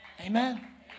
Amen